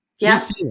Yes